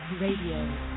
Radio